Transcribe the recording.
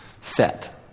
set